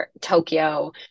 Tokyo